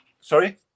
Sorry